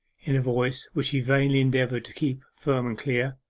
in a voice which he vainly endeavoured to keep firm and clear.